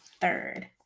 third